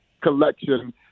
collection